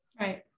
Right